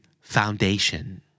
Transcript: foundation